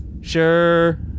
Sure